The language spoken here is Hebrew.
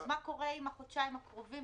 אז מה קורה עם החודשיים הקרובים?